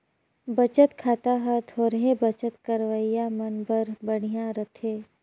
बचत खाता हर थोरहें बचत करइया मन बर बड़िहा रथे